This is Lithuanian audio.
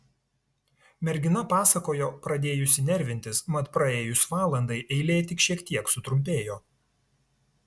mergina pasakojo pradėjusi nervintis mat praėjus valandai eilė tik šiek tiek sutrumpėjo